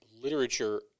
literature